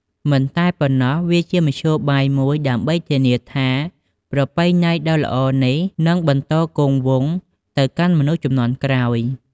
មិនតែប៉ុណ្ណោះវាជាមធ្យោបាយមួយដើម្បីធានាថាប្រពៃណីដ៏ល្អនេះនឹងបន្តគង់វង្សទៅកាន់មនុស្សជំនាន់ក្រោយ។